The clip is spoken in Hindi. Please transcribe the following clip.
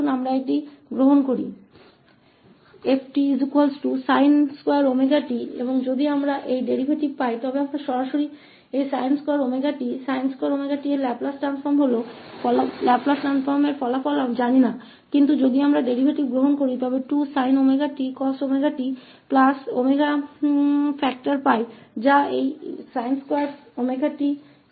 तो हमेंइस 𝑓 𝑡 sin2𝜔t लेते है और हम यह डेरीवेटिव मिलता है तो सीधे हमइस sin2𝜔t का परिणाम पता नहीं है sin2𝜔t के लाप्लास परिणत लेकिन अगर हम लेते हैं डेरीवेटिव हमें 2 sin 𝜔𝑡 cos 𝜔𝑡 और यह कारक 𝜔 मिल रहा है जो इस sin 2𝜔𝑡 का 𝜔 गुना है